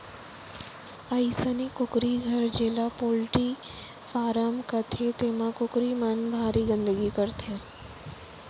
अइसने कुकरी घर जेला पोल्टी फारम कथें तेमा कुकरी मन भारी गंदगी करथे